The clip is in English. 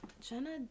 Jenna